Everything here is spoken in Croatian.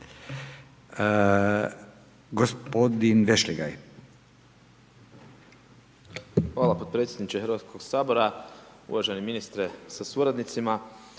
Marko (SDP)** Hvala potpredsjedniče Hrvatskog sabora. Uvaženi ministre sa suradnicima.